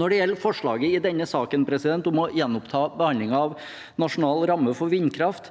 Når det gjelder forslaget i denne saken om å gjenoppta behandlingen av Nasjonal ramme for vindkraft,